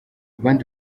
abandi